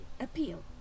appeal